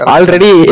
Already